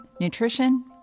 nutrition